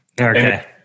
Okay